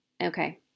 Okay